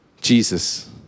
Jesus